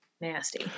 nasty